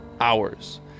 hours